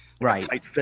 Right